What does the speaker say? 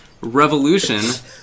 Revolution